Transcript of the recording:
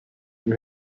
you